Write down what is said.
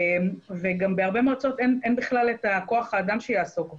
גם בהרבה מועצות אין בכלל את כוח האדם שיעסוק בזה,